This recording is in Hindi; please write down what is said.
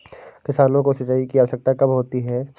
किसानों को सिंचाई की आवश्यकता कब होती है?